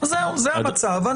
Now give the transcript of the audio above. זהו, זה המצב.